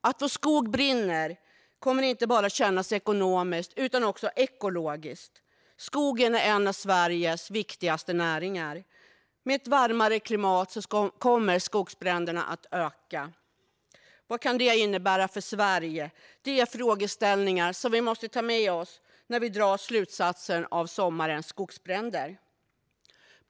Att vår skog brinner kommer inte bara att kännas ekonomiskt utan också ekologiskt. Skogen är en av Sveriges viktigaste näringar. Med ett varmare klimat kommer skogsbränderna att öka. Vad kan det innebära för Sverige? Det är en frågeställning som vi måste ta med oss när vi drar slutsatser av sommarens skogsbränder.